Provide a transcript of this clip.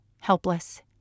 helpless